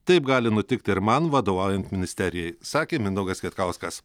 taip gali nutikti ir man vadovaujant ministerijai sakė mindaugas kvietkauskas